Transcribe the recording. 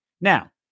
Now